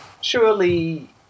surely